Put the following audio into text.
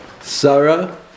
Sarah